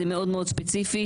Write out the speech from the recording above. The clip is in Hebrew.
זה מאוד מאוד ספציפי,